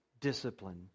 discipline